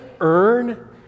earn